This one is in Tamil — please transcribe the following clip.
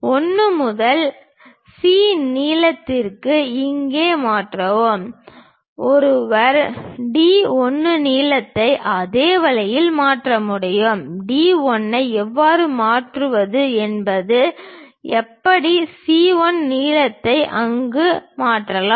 1 முதல் C நீளத்திற்கு இங்கே மாற்றவும் ஒருவர் D1 நீளத்தையும் அதே வழியில் மாற்ற முடியும் D1 ஐ எவ்வாறு மாற்றுவது என்பது எப்படி C1 நீளத்தை நாம் அங்கு மாற்றலாம்